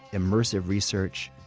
immersive research,